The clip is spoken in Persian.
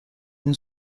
این